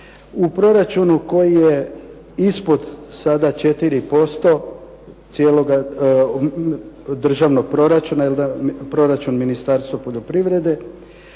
u proračunu koji je ispod sada 4% cijeloga državnog proračuna, proračun Ministarstva poljoprivrede.